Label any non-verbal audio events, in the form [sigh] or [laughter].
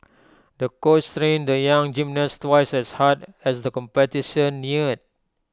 the coach [unintelligible] the young gymnast twice as hard as the competition neared